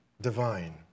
divine